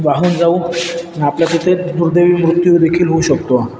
वाहून जाऊ आपला तिथे दुर्दैवी मृत्यू देखील होऊ शकतो